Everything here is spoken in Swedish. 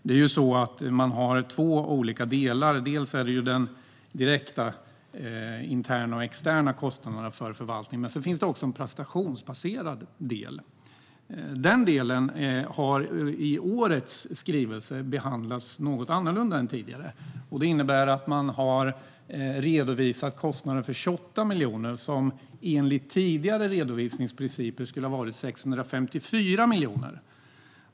Det är ju så att man har två olika delar. En del är de direkta interna och externa kostnaderna för förvaltningen. Men det finns också en prestationsbaserad del. Den delen har i årets skrivelse behandlats något annorlunda än tidigare, och det innebär att man har redovisat kostnader på 28 miljoner som enligt tidigare redovisningsprinciper skulle ha varit 654 miljoner.